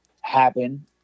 Happen